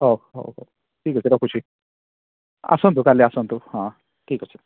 ହ ହଉ ଠିକ୍ଅଛି ରଖୁଛି ଆସନ୍ତୁ କାଲି ଆସନ୍ତୁ ହଁ ଠିକ୍ଅଛି